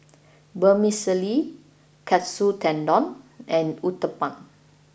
Vermicelli Katsu Tendon and Uthapam